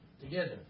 together